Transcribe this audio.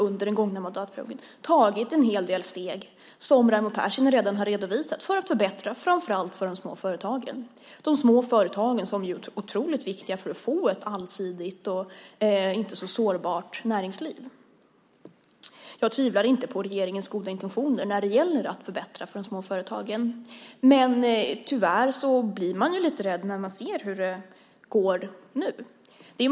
Under den gångna mandatperioden har vi ändå tagit en hel del steg, som Raimo Pärssinen redan har redovisat, för att förbättra för framför allt de små företagen. De små företagen är ju otroligt viktiga för att vi ska få ett allsidigt och inte så sårbart näringsliv. Jag tvivlar inte på regeringens goda intentioner när det gäller att förbättra för de små företagen, men man blir lite rädd när man ser hur det går nu.